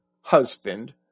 husband